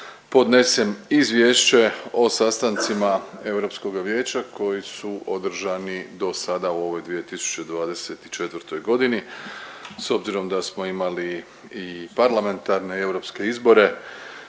podnesem Izvješće o sastancima Europskoga vijeća koji su održani dosada u ovoj 2024.g.. S obzirom da smo imali i parlamentarne i europske izbore